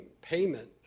payment